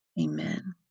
Amen